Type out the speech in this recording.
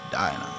dying